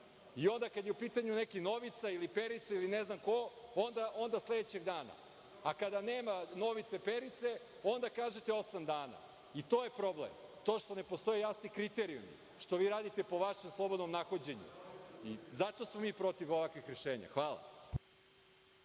kada je u pitanju neki Novica ili Perica ili ne znam ko, onda – sledećeg dana, a kada nema Novice, Perice, onda kažete – osam dana i to je problem, to što ne postoje jasni kriterijumi, što radite po vašem slobodnom nahođenju i zato smo mi protiv ovakvih rešenja. Hvala.